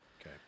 Okay